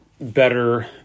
better